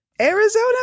Arizona